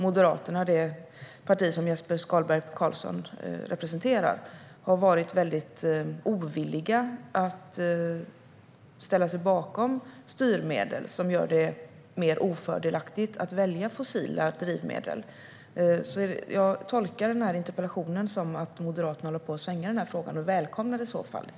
Tyvärr har det parti som Jesper Skalberg Karlsson representerar, Moderaterna, varit väldigt ovilligt att ställa sig bakom styrmedel som gör det mer ofördelaktigt att välja fossila drivmedel. Jag tolkar dock interpellationen som att Moderaterna håller på att svänga i frågan och välkomnar i så fall det.